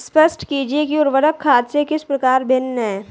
स्पष्ट कीजिए कि उर्वरक खाद से किस प्रकार भिन्न है?